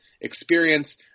experience